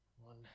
One